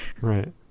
right